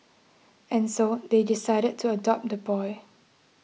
and so they decided to adopt the boy